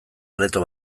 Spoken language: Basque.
areto